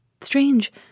Strange